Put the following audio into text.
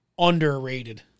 Underrated